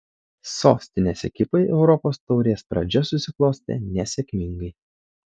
sostinės ekipai europos taurės pradžia susiklostė nesėkmingai